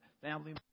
family